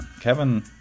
Kevin